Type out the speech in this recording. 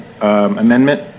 amendment